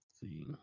see